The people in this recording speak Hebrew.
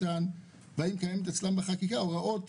האם קיימות בחקיקה הוראות